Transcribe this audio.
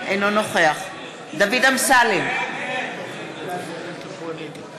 אינו נוכח דוד אמסלם, (קוראת בשמות חברי הכנסת)